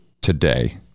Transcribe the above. today